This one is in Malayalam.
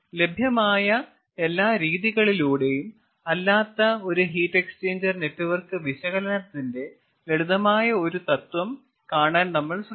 ലഭ്യമായ എല്ലാ രീതികളിലൂടെയും അല്ലാത്ത ഒരു ഹീറ്റ് എക്സ്ചേഞ്ചർ നെറ്റ്വർക്ക് വിശകലനത്തിന്റെ ലളിതമായ ഒരു തത്വം കാണാൻ നമ്മൾ ശ്രമിക്കും